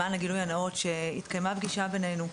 למען הגילוי הנאות, שהתקיימה פגישה בינינו.